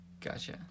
Gotcha